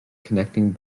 connecting